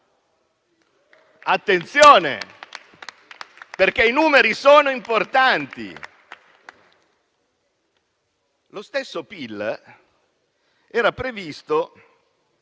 Attenzione, perché i numeri sono importanti. Lo stesso PIL era previsto,